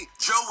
Joe